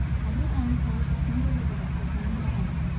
edward armitage has come to live with us as one of the family,